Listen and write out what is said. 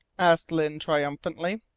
asked lyne triumphantly.